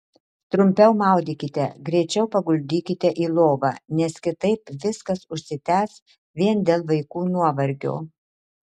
trumpiau maudykite greičiau paguldykite į lovą nes kitaip viskas užsitęs vien dėl vaikų nuovargio